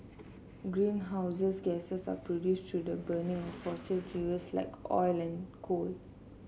greenhouses gases are produced through the burning of fossil fuels like oil and coal